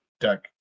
deck